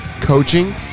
coaching